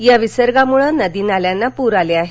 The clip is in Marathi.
या विसर्गामुळं नदी नाल्यांना पूर आला आहे